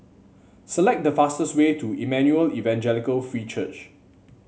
select the fastest way to Emmanuel Evangelical Free Church